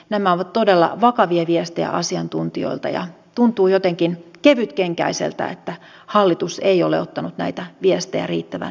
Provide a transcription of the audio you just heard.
nämä ovat todella vakavia viestejä asiantuntijoilta ja tuntuu jotenkin kevytkenkäiseltä että hallitus ei ole ottanut näitä viestejä riittävän